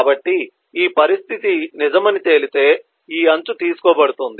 కాబట్టి ఈ పరిస్థితి నిజమని తేలితే ఈ అంచు తీసుకోబడుతుంది